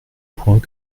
points